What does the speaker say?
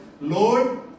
Lord